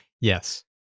Yes